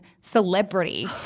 Celebrity